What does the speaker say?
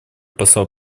посла